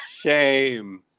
Shame